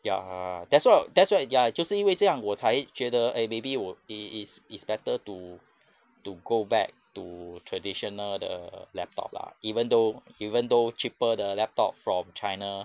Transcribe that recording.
ya that's why that's why ya 就是因为这样我才觉得 eh maybe 我 it it it's better to to go back to traditional 的 laptop lah even though even though cheaper 的 laptop from china